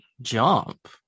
jump